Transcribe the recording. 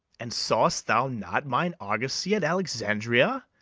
and saw'st thou not mine argosy at alexandria?